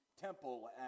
temple